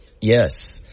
Yes